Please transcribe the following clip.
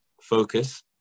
focus